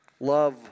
Love